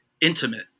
intimate